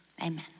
amen